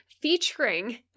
featuring